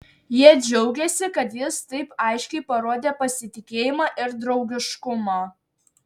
jie džiaugėsi kad jis taip aiškiai parodė pasitikėjimą ir draugiškumą